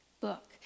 book